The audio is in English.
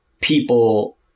people